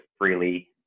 freely